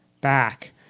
back